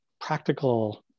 practical